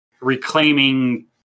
reclaiming